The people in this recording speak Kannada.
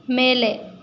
ಮೇಲೆ